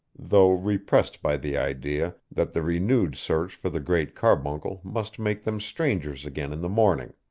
though repressed by the idea, that the renewed search for the great carbuncle must make them strangers again in the morning.